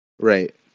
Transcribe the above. Right